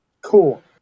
cool